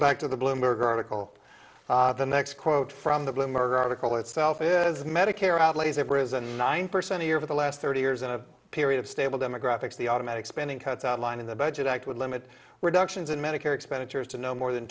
back to the bloomberg article the next quote from the blue murder article itself it is medicare outlays have risen nine percent a year for the last thirty years in a period of stable demographics the automatic spending cuts outlined in the budget act would limit were duction in medicare expenditures to no more than